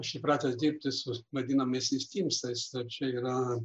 aš įpratęs dirbti su vadinamaisiais tymsai tai čia yra